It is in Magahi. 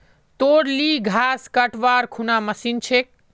तोर ली घास कटवार कुनला मशीन छेक